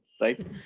right